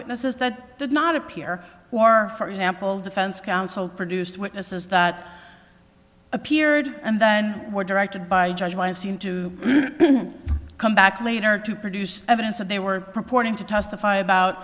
witnesses that did not appear or for example defense counsel produced witnesses that appeared and then were directed by judge weinstein to come back later to produce evidence that they were reporting to testify about